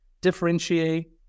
differentiate